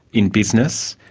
in business.